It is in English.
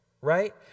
right